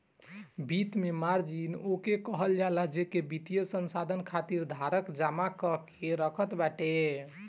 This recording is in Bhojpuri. वित्त में मार्जिन ओके कहल जाला जेके वित्तीय साधन खातिर धारक जमा कअ के रखत बाटे